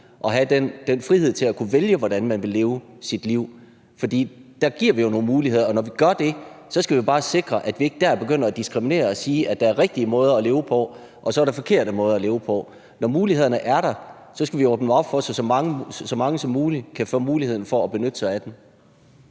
og have den frihed til at kunne vælge, hvordan man vil leve sit liv. For der giver vi jo nogle muligheder, og når vi gør det, skal vi bare sikre, at vi ikke begynder at diskriminere og sige, at der er rigtige måder at leve på, og så er der forkerte måder at leve på. Når mulighederne er der, skal vi åbne op for, at så mange som muligt kan få muligheden for at benytte sig af den.